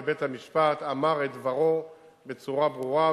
ובית-המשפט אמר את דברו בצורה ברורה,